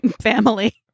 family